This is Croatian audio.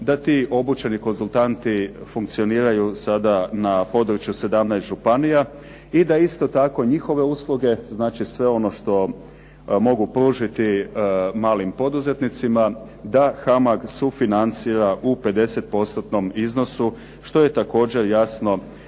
da ti obučeni konzultanti funkcioniraju sada na području 17 županija i da isto tako njihove usluge, znači sve ono što mogu pružiti malim poduzetnicima da HAMAG sufinancira u pedeset postotnom iznosu što je također jasno